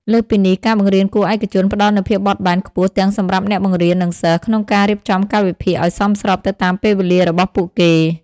លើសពីនេះ ការបង្រៀនគួរឯកជនផ្តល់នូវភាពបត់បែនខ្ពស់ទាំងសម្រាប់អ្នកបង្រៀន និងសិស្ស ក្នុងការរៀបចំកាលវិភាគឲ្យសមស្របទៅតាមពេលវេលារបស់ពួកគេ។